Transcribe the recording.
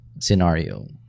scenario